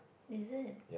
is it